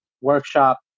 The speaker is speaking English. workshop